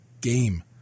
game